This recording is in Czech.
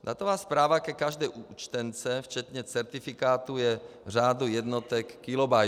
Datová správa ke každé účtence včetně certifikátu je v řádu jednotek kilobytů.